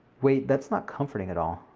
wait, that's not comforting at all.